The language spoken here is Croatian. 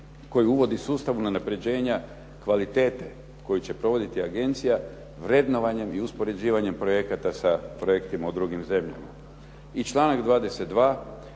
koji uvodi sustav unapređenja kvalitete koji će provoditi agencija vrednovanjem i uspoređivanjem projekata sa projektima u drugim zemljama. I članak 22.